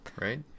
right